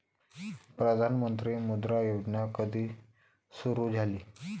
प्रधानमंत्री मुद्रा योजना कधी सुरू झाली?